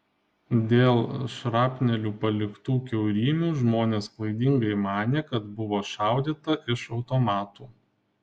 dėl šrapnelių paliktų kiaurymių žmonės klaidingai manė kad buvo šaudyta iš automatų